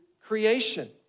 creation